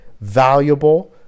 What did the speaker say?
valuable